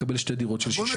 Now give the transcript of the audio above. הוא יקבל שתי דירות של 60 מ"ר.